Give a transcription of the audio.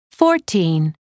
fourteen